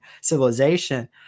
civilization